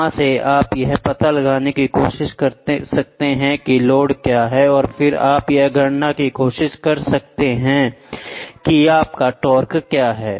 वहां से आप यह पता लगाने की कोशिश कर सकते हैं कि लोड क्या है और फिर आप यह गणना करने की कोशिश कर सकते हैं कि आपका टार्क क्या है